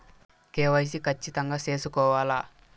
KYC ఖచ్చితంగా సేసుకోవాలా